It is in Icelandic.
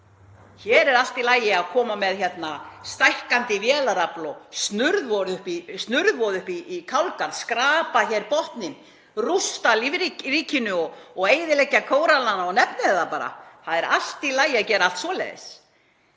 Hér er allt í lagi að koma með stækkandi vélarafl og snurvoð upp í kálgarð, skrapa hér botninn, rústa lífríkinu, eyðileggja kóralana og nefnið það bara. Það er allt í lagi að gera allt svoleiðis